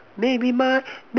maybe my